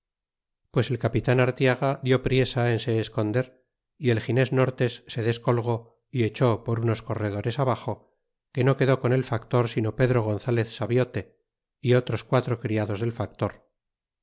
pues el capitan artiaga dió priesa en se esconder y el gines nortes se descolgó y echó por unos corredores abaxo que no quedó con el factor sino pedro gonzalez sabiote y otros quatro criados del factor